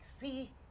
see